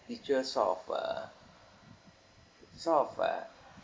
teacher sort of uh sort of uh